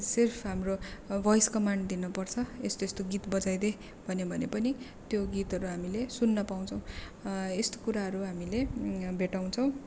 सिर्फ हाम्रो voice command दिनु पर्छ यस्तो यस्तो गीत बजाइदे भन्यो भने पनि त्यो गीतहरू हामीले सुन्न पाउँछौँ यस्तो कुराहरू हामीले भेट्टाउछौँ